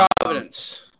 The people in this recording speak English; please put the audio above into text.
Providence